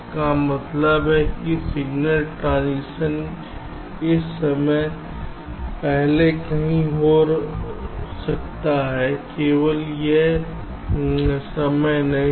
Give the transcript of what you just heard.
इसका मतलब है कि सिग्नल ट्रांसमिशन इस समय से पहले कहीं भी हो सकता है केवल इस समय नहीं